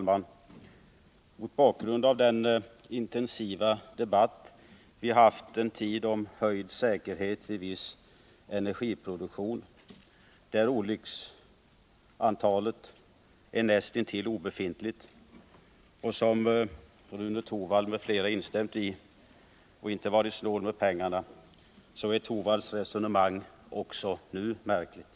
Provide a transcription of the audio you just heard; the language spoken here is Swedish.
Mot bakgrunden av den intensiva debatt vi en tid haft om höjd säkerhet vid viss energiproduktion, där risken för olyckor är näst intill obefintlig men där Rune Torwald m.fl. inte varit snål med pengarna, framstår Rune Torwalds resonemang nu som märkligt.